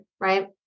right